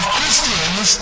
Christians